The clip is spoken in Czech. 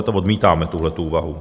My odmítáme tuhletu úvahu.